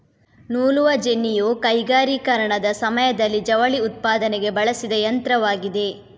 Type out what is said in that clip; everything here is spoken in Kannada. ನೂಲುವ ಜೆನ್ನಿಯು ಕೈಗಾರಿಕೀಕರಣದ ಸಮಯದಲ್ಲಿ ಜವಳಿ ಉತ್ಪಾದನೆಗೆ ಬಳಸಿದ ಯಂತ್ರವಾಗಿದೆ